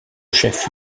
chef